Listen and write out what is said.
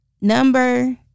Number